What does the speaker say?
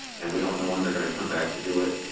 and we don't know when they're gonna come back to do it.